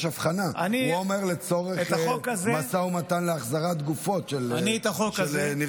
יש הבחנה: הוא אומר לצורך משא ומתן להחזרת גופות של נרצחים,